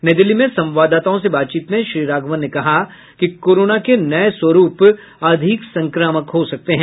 नई दिल्ली में संवाददाताओं से बातचीत में श्री राघवन ने कहा कि कोरोना के नये स्वरूप अधिक संक्रामक हो सकते हैं